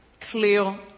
clear